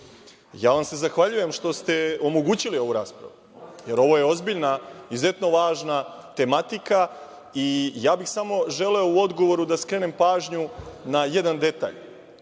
Zahvaljujem vam se što ste omogućili ovu raspravu jer ovo je ozbiljna, izuzetno važna tematika. Samo bih želeo u odgovoru da skrenem pažnju na jedan detalj.